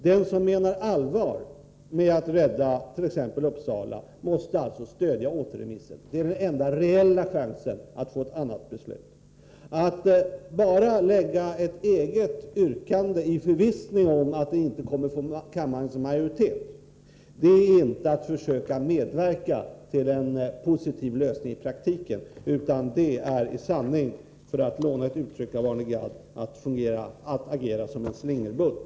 Den som menar allvar med att rädda t.ex. Uppsala måste alltså stödja återremissen. Det är den enda reella chansen att få ett annat beslut. Att bara lägga fram ett eget yrkande i förvissning om att det inte kommer att få stöd av kammarens majoritet är inte att i praktiken försöka medverka till en positiv lösning, utan det är i sanning, för att låna ett uttryck av Arne Gadd, att agera som en slingerbult.